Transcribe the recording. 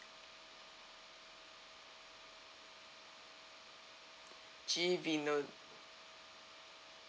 G vinod